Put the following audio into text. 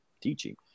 teaching